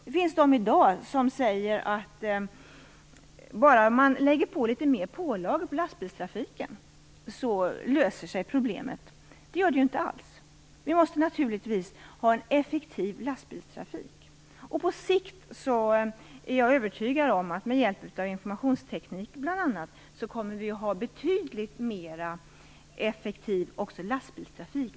Det finns de som i dag säger att problemet löser sig med fler pålagor på lastbilstrafiken. Det gör det inte alls! Vi måste naturligtvis ha en effektiv lastbilstrafik. På sikt är jag övertygad om att vi, bl.a. med hjälp av informationsteknik, även kommer att ha betydligt effektivare lastbilstrafik.